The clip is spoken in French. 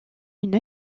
une